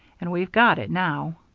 and we've got it now.